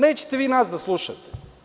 Nećete vi nas da slušate.